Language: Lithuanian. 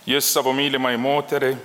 jis savo mylimai moteriai